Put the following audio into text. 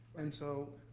and so,